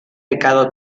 pecado